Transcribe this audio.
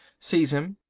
seize him.